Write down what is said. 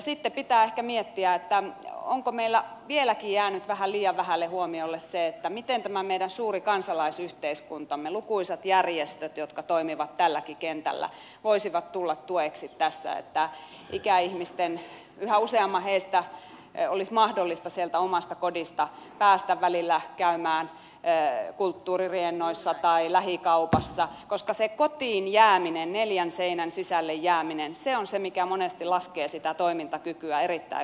sitten pitää ehkä miettiä onko meillä vieläkin jäänyt vähän liian vähälle huomiolle se miten tämä meidän suuri kansalaisyhteiskuntamme lukuisat järjestöt jotka toimivat tälläkin kentällä voisivat tulla tueksi tässä niin että ikäihmisten yhä useamman heistä olisi mahdollista sieltä omasta kodista päästä välillä käymään kulttuuririennoissa tai lähikaupassa koska se kotiin jääminen neljän seinän sisälle jääminen on se mikä monesti laskee sitä toimintakykyä erittäin